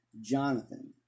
Jonathan